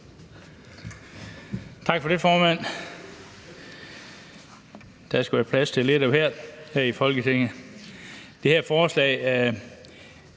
Tak for det, formand. Der skal jo være plads til lidt af hvert her i Folketinget. Jeg vil ikke gå